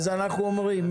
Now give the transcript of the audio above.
אז אנחנו אומרים,